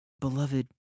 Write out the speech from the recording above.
beloved